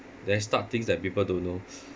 then start things that people don't know